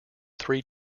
three